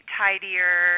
tidier